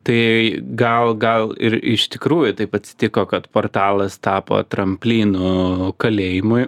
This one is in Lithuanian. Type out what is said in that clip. tai gal gal ir iš tikrųjų taip atsitiko kad portalas tapo tramplynu kalėjimui